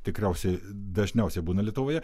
tikriausiai dažniausiai būna lietuvoje